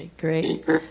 great